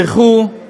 בירכו.